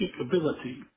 Ability